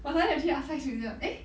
我哪里有去 artscience museum eh